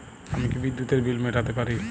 আমি কি বিদ্যুতের বিল মেটাতে পারি?